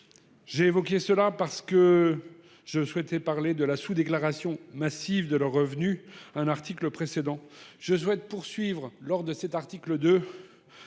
J'ai évoqué cela hein parce que je souhaitais parler de la sous-déclaration massive de leurs revenus. Un article précédent, je souhaite poursuivre lors de cet article